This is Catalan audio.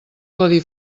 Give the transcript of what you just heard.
codi